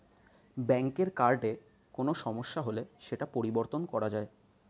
ব্যাঙ্কের কার্ডে কোনো সমস্যা হলে সেটা পরিবর্তন করা যায়